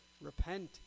Repent